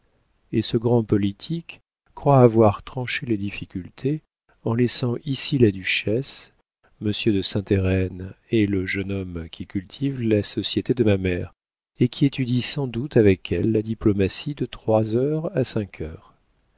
et ce grand politique croit avoir tranché les difficultés en laissant ici la duchesse monsieur de saint héreen est le jeune homme qui cultive la société de ma mère et qui étudie sans doute avec elle la diplomatie de trois heures à cinq heures